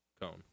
cone